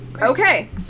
Okay